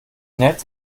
nett